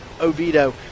Oviedo